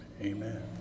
amen